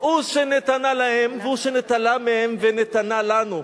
הוא שנתנה להם והוא שנטלה מהם ונתנה לנו.